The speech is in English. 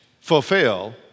fulfill